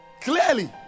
Clearly